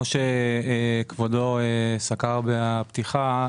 כמו שכבודו סקר בפתיחה,